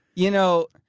you know,